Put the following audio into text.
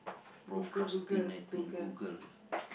procrastinating Google